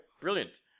Brilliant